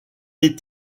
est